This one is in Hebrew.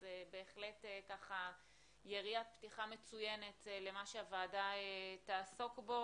זה בהחלט יריית פתיחה מצוינת למה שהוועדה תעסוק בו,